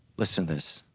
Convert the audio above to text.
listen this,